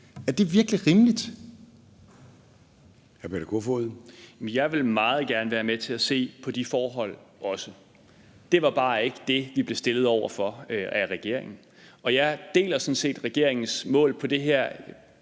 (DF): Jeg vil også meget gerne være med til at se på de forhold. Det var bare ikke det, vi blev stillet over for af regeringen, og jeg deler sådan set regeringens mål på det her